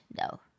No